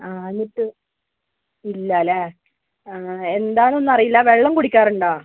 ആ എന്നിട്ട് ഇല്ല അല്ലേ ആ എന്താണെന്നറിയില്ല വെള്ളം കുടിക്കാറുണ്ടോ